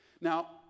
Now